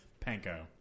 panko